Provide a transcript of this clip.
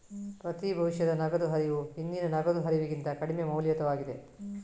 ಪ್ರತಿ ಭವಿಷ್ಯದ ನಗದು ಹರಿವು ಹಿಂದಿನ ನಗದು ಹರಿವಿಗಿಂತ ಕಡಿಮೆ ಮೌಲ್ಯಯುತವಾಗಿದೆ